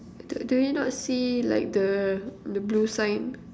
d~ do you not see like the the blue sign